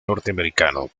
norteamericano